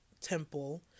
temple